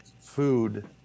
food